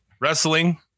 Wrestling